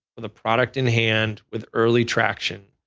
with a product in hand, with early traction,